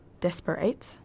desperate